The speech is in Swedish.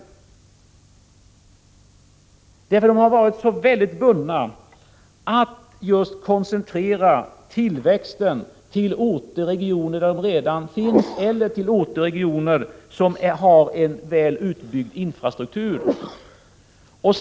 De har varit så väldigt bundna till att just koncentrera tillväxten till orter och regioner där de redan är etablerade eller till orter och regioner som har en väl utbyggd infrastruktur.